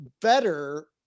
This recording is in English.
better